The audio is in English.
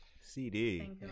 CD